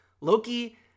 Loki